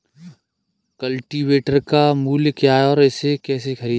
Cultivator का मूल्य क्या है और इसे कैसे खरीदें?